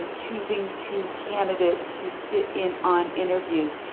um choosing two candidates to sit in on interviews.